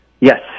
yes